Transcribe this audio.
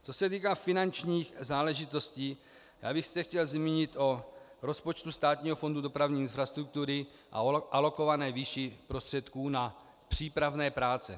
Co se týká finančních náležitostí, chtěl bych se zmínit o rozpočtu Státního fondu dopravní infrastruktury a o alokované výši prostředků na přípravné práce.